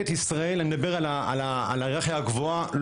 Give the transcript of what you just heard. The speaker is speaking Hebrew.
אני מדבר על ההיררכיה הגבוהה של משטרת ישראל,